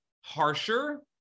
harsher